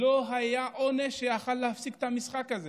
ולא היה עונש שיכול להפסיק את המשחק הזה,